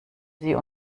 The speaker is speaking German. sie